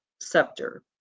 scepter